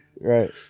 Right